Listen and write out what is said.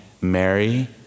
Mary